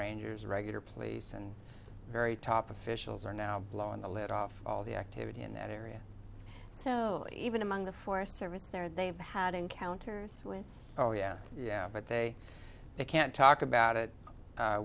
rangers regular police and very top officials are now blowing the lid off all the activity in that area so even among the forest service there they have had encounters with oh yeah yeah but they they can't talk about it